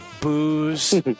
booze